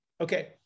Okay